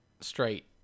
straight